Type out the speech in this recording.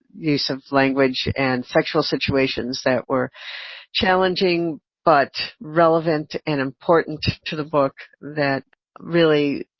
use of language and sexual situations that were challenging but relevant and important to the book. that really